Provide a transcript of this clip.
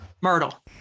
Myrtle